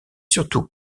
surtout